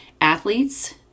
athletes